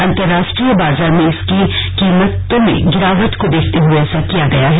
अंतरराष्ट्री य बाजार में इसकी कीमतों में गिरावट को देखते हुए ऐसा किया गया है